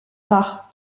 rare